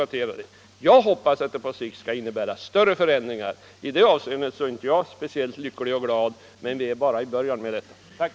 Jag hoppas att aktieköpen för fondmedel på sikt skall innebära större förändringar. Jag är därför inte nu speciellt lycklig och glad. Men vi är ännu bara i början av denna verksamhet. Tack!